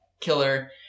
killer